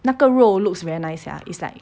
那个肉 looks very nice sia it's like